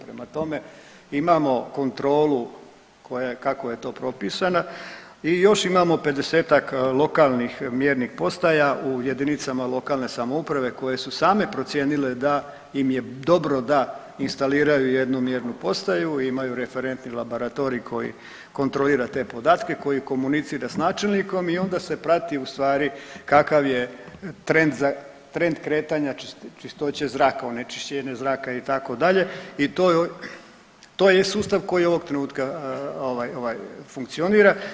Prema tome, imamo kontrolu koja je kako je to pripisana i još imamo 50-ak lokalnih mjernih postaja u jedinicama lokalne samouprave koje su same procijenile da im je dobro da instaliraju jednu mjernu postaju, imaju referentni laboratorij koji kontrolira te podatke, koji komunicira s načelnikom i onda se prati ustvari kakav je trend kretanja čistoće zraka onečišćenja zraka itd. to je sustav koji ovog trenutka funkcionira.